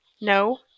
no